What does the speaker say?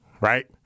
Right